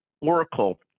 oracle